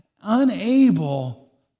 unable